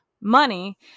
money